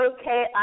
Okay